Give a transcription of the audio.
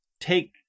take